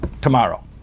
tomorrow